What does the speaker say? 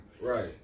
Right